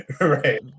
right